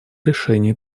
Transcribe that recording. решении